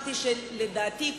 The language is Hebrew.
אמרתי: לדעתי,